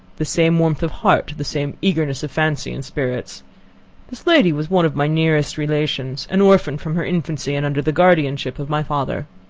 the same warmth of heart, the same eagerness of fancy and spirits this lady was one of my nearest relations, an orphan from her infancy, and under the guardianship of my father.